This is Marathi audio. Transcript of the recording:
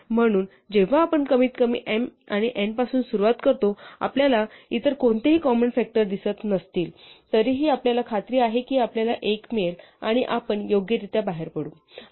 म्हणून जेव्हा आपण कमीतकमी m आणि n पासून सुरुवात करतो आपल्याला इतर कोणतेही कॉमन फ़ॅक्टर दिसत नसतील तरीही आपल्याला खात्री आहे की आपल्याला एक मिळेल आणि आपण योग्यरित्या बाहेर पडू